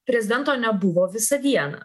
prezidento nebuvo visą dieną